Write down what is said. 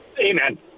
Amen